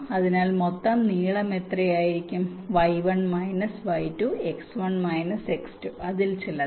അതിനാൽ മൊത്തം നീളം എത്രയായിരിക്കും y1− y2 x1 − x2 അതിൽ ചിലത്